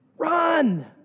Run